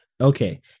Okay